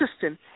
system